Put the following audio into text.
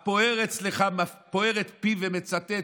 הוא פוער את פיו ומצטט,